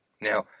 Now